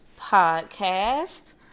podcast